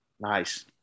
Nice